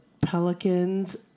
pelicans